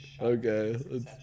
Okay